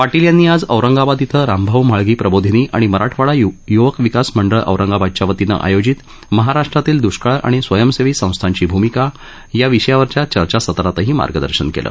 पाटील यांनी आज औरंगाबाद इथं रामभाऊ म्हाळगी प्रबोधिनी आणि मराठवाडा य्वक विकास मंडळ औरंगाबादच्या वतीनं आयोजित महाराष्ट्रातील द्ष्काळ आणि स्वयंसेवी संस्थांची भ्मिका या विषयावरील चर्चा सत्रातही मार्गदर्शन केलं